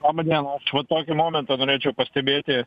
laba diena aš va tokį momentą norėčiau pastebėti